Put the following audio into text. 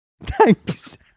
Thanks